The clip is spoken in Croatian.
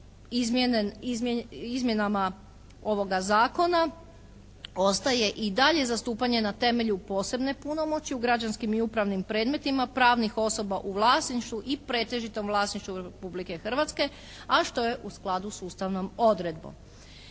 izmjenama ovoga zakona ostaje i dalje zastupanje na temelju posebne punomoći u građanskim i upravnim predmetima, pravnih osoba u vlasništvu i pretežitom vlasništvu Republike Hrvatske, a što je u skladu sa ustavnom odredbom.